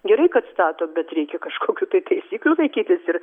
gerai kad stato bet reikia kažkokių tai taisyklių laikytis ir